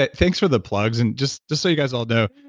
but thanks for the plugs and just just so you guys all know,